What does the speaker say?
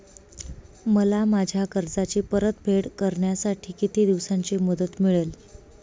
मला माझ्या कर्जाची परतफेड करण्यासाठी किती दिवसांची मुदत मिळेल?